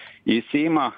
į seimą